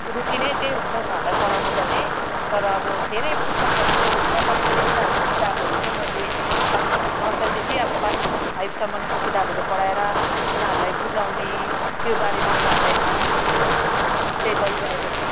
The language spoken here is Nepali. रुटिनै त्यही हुन्छ उनीहरूलाई पढाउनुपर्ने तर अब धेरै पुस्तकहरू नपढे पनि उनीहरूको किताबहरू चाहिँ मैले क्लास नर्सरीदेखि अब क्लास फाइभसम्मको किताबहरू पढाएर उनीहरूलाई बुझाउने त्यो बारेमा उनीहरूलाई भन्ने चाहिँ गरिरहेको छु